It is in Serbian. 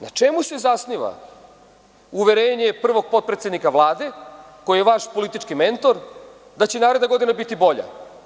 Na čemu se zasniva uverenje prvog potpredsednika Vlade, koji je vaš politički mentor, da će naredna godina biti bolja?